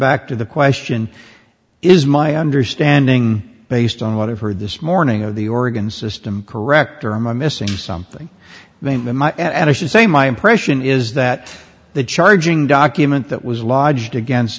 back to the question is my understanding based on what i've heard this morning of the oregon system correct or am i missing something i should say my impression is that the charging document that was lodged against